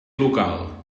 local